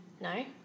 No